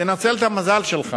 תנצל את המזל שלך